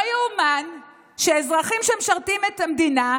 לא ייאמן שאזרחים שמשרתים את המדינה,